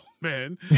man